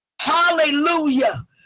hallelujah